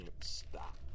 stop